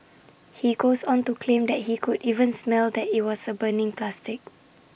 he goes on to claim that he could even smell that IT was A burning plastic